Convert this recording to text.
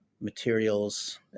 materials